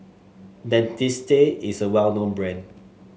Dentiste is a well known brand